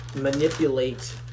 manipulate